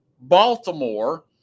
Baltimore